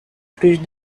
plus